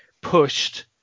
pushed